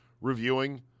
reviewing